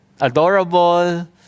adorable